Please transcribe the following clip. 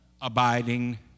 abiding